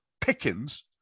Pickens